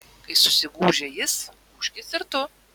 kai susigūžia jis gūžkis ir tu